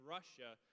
Russia